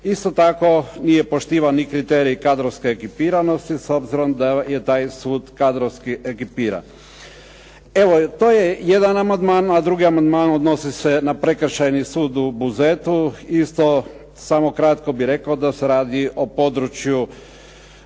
Isto tako nije poštivan ni kriterij kadrovske ekipiranosti, s obzirom da je sud kadrovski ekipiran. Evo to je jedan amandman. A drugi amandman odnosi se na Prekršajni sud u Buzetu. Isto samo kratko bih rekao da se radi o području,